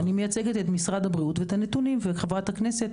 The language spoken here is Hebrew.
אני מייצגת את משרד הבריאות ואת הנתונים שאצלנו.